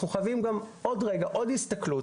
אנחנו חייבים עוד הסתכלות,